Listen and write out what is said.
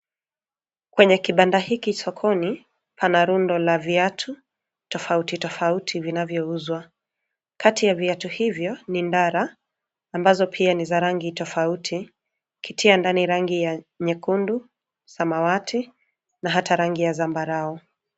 Kwenye kibanda hiki sokoni, pana rundo la viatu tofauti tofauti vinavyouzwa. Kati ya viatu hivyo ni ndara, ambazo pia ni za rangi tofauti, ukitia ndani rangi ya nyekundu, samawati na hata rangi ya zambarau.